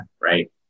right